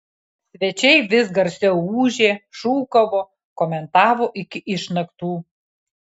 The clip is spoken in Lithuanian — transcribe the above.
svečiai vis garsiau ūžė šūkavo komentavo iki išnaktų